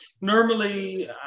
Normally